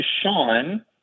Sean